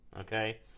okay